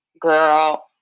girl